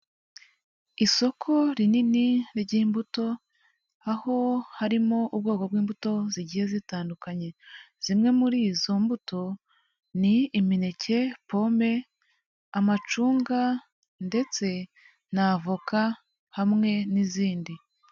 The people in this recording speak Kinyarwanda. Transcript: Isoko rinini ry'imbuto, aho harimo ubwoko bw'imbuto zigiye zitandukanye. Zimwe muri izo mbuto ni imineke, pome, amacunga ndetse n'avoka hamwe n'izindi.